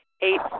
eight